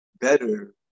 better